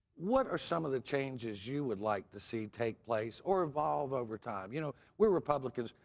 what are some of the changes you would like to see take place or evolve over time. you know, we're republicans,